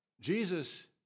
Jesus